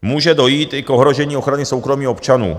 Může dojít i k ohrožení ochrany soukromí občanů.